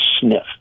sniff